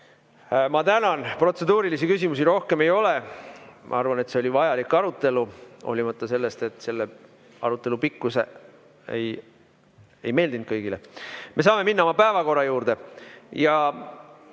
tänan, protseduurilisi küsimusi rohkem ei ole. Ma arvan, et see oli vajalik arutelu hoolimata sellest, et selle arutelu pikkus ei meeldinud kõigile. Me saame minna oma päevakorra juurde